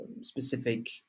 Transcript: specific